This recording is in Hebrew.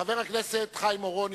חבר הכנסת חיים אורון,